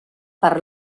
per